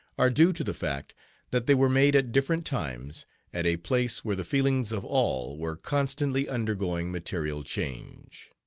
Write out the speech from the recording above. are due to the fact that they were made at different times at a place where the feelings of all were constantly undergoing material change.